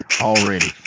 already